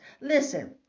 listen